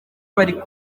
bari